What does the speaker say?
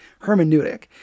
hermeneutic